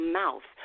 mouth